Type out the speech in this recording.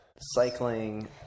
cycling